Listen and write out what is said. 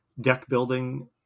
deck-building